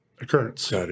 occurrence